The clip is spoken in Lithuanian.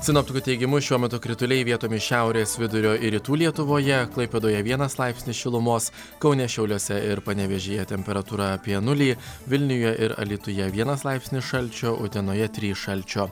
sinoptikų teigimu šiuo metu krituliai vietomis šiaurės vidurio ir rytų lietuvoje klaipėdoje vienas laipsnis šilumos kaune šiauliuose ir panevėžyje temperatūra apie nulį vilniuje ir alytuje vienas laipsnis šalčio utenoje trys šalčio